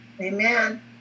Amen